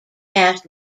cast